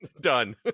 Done